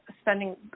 spending